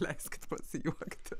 leiskit pasijuokti